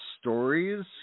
stories